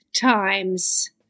times